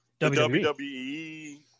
WWE